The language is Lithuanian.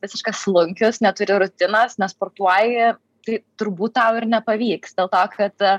visiškas slunkius neturi rutinos nesportuoji tai turbūt tau ir nepavyks dėl to kad